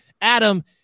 Adam